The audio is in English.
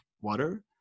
water